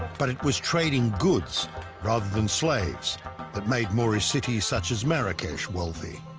but it was trading goods rather than slaves that made more ah cities such as marrakesh wealthy